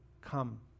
come